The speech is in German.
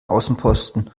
außenposten